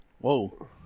Whoa